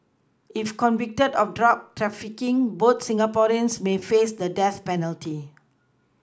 if convicted of drug trafficking both Singaporeans may face the death penalty